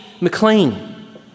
McLean